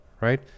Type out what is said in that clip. right